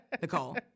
Nicole